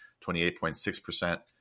28.6%